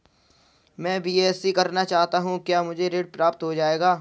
मैं बीएससी करना चाहता हूँ क्या मुझे ऋण प्राप्त हो जाएगा?